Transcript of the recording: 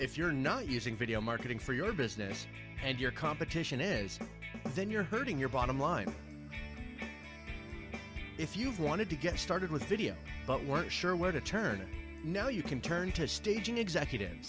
if you're not using video marketing for your business and your competition is then you're hurting your bottom line if you wanted to get started with video but weren't sure where to turn you know you can turn to staging executives